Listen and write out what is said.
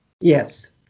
Yes